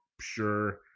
sure